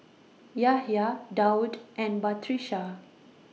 Yahya Daud and Batrisya